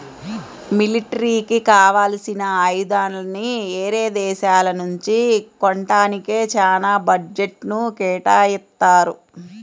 మిలిటరీకి కావాల్సిన ఆయుధాలని యేరే దేశాల నుంచి కొంటానికే చానా బడ్జెట్ను కేటాయిత్తారు